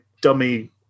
dummy